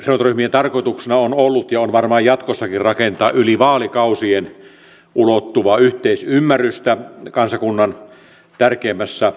tarkoituksena on ollut ja on varmaan jatkossakin rakentaa yli vaalikausien ulottuvaa yhteisymmärrystä kansakunnan tärkeimmissä